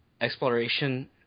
exploration